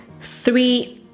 three